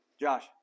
Josh